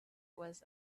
was